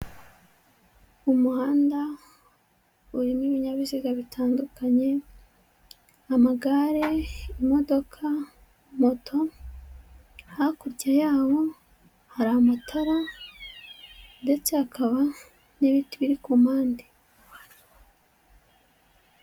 Umuhanda urimo ibinyabiziga bitandukanye amagare, imodoka, moto, hakurya yaho hari amatara ndetse hakaba n'ibiti biri ku mpande.